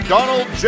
Donald